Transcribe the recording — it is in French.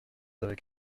avec